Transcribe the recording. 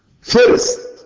first